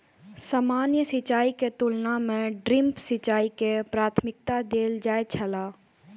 सामान्य सिंचाई के तुलना में ड्रिप सिंचाई के प्राथमिकता देल जाय छला